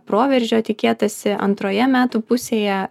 proveržio tikėtasi antroje metų pusėje